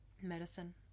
medicine